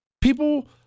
People